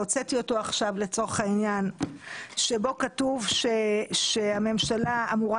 הוצאתי אותו עכשיו ובו כתוב שהממשלה אמורה